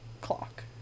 clock